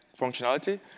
functionality